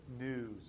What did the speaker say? news